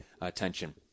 attention